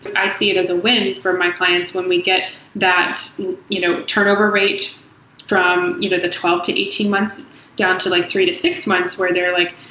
i see it is a win for my clients when we get you know turnover rate from you know the twelve to eighteen months down to like three to six months where they're like,